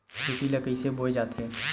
खेती ला कइसे बोय जाथे?